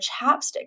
chapstick